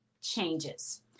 changes